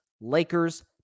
Lakers